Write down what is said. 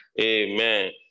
Amen